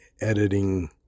editing